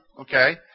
Okay